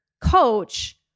coach